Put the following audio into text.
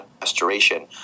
Restoration